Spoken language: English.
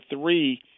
three